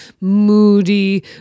moody